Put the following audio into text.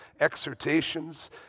exhortations